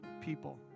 people